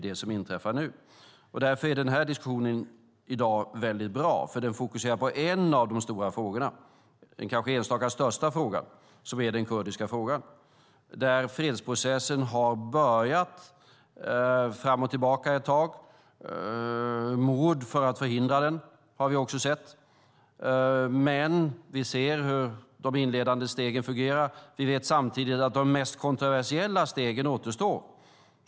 Därför är diskussionen i dag väldigt bra, för den fokuserar på en av de stora frågorna, den kanske största enstaka frågan, nämligen den kurdiska frågan. Där har fredsprocessen börjat, och den har gått lite fram och tillbaka ett tag. Mord för att förhindra den har vi också sett. Vi ser dock att de inledande stegen fungerar. Vi vet samtidigt att de kontroversiellaste stegen återstår.